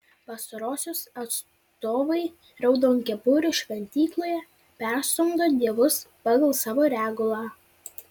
pastarosios atstovai raudonkepurių šventykloje perstumdo dievus pagal savo regulą